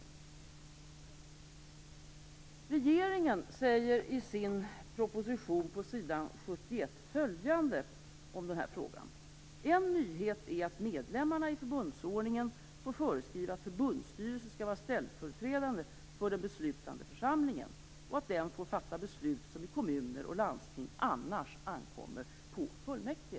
Regeringen säger i sin proposition på s.71 följande om den här frågan: "En nyhet är att medlemmarna i förbundsordningen får föreskriva att förbundsstyrelsen skall vara ställföreträdare för den beslutande församlingen och att den får fatta beslut som i kommuner och landsting annars ankommer på fullmäktige."